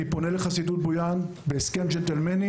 פניתי לחסידות בויאן בהסכם ג'נטלמני